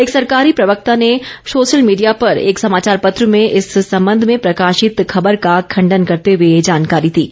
एक सरकारी प्रवक्ता ने सोशल मीडिया पर एक समाचार पत्र में इस संबंध में प्रकाशित खबर का खण्डन करते हुए ये जानकारी दी है